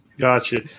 Gotcha